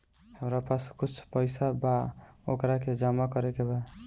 हमरा पास कुछ पईसा बा वोकरा के जमा करे के बा?